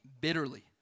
bitterly